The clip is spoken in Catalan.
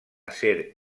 acer